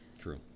True